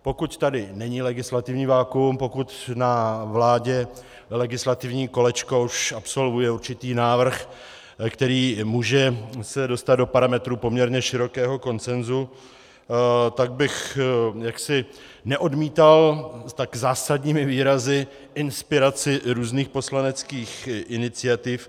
Pokud tady není legislativní vakuum, pokud na vládě legislativní kolečko už absolvuje určitý návrh, který se může dostat do parametrů poměrně širokého konsenzu, tak bych neodmítal tak zásadními výrazy inspiraci různých poslaneckých iniciativ.